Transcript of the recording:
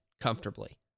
comfortably